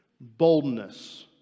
Boldness